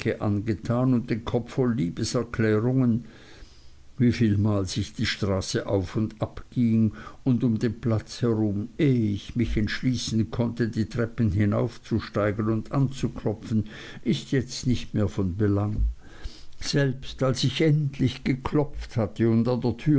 angetan und den kopf voll liebeserklärungen wievielmals ich die straße auf und ab ging und um den platz herum ehe ich mich entschließen konnte die treppen hinaufzusteigen und anzuklopfen ist jetzt nicht mehr von belang selbst als ich endlich geklopft hatte und